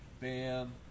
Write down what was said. bam